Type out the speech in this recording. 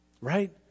right